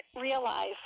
realize